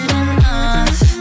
enough